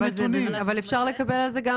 אפשר לקבל על זה,